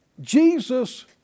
Jesus